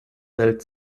welt